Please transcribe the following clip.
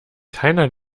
keiner